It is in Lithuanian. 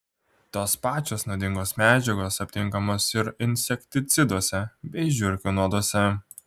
tos pačios nuodingos medžiagos aptinkamos ir insekticiduose bei žiurkių nuoduose